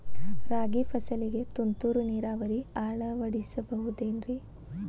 ರಾಗಿ ಫಸಲಿಗೆ ತುಂತುರು ನೇರಾವರಿ ಅಳವಡಿಸಬಹುದೇನ್ರಿ?